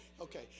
Okay